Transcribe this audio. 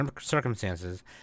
circumstances